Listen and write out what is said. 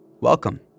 Welcome